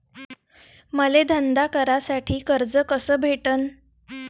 मले धंदा करासाठी कर्ज कस भेटन?